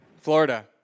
Florida